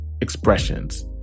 expressions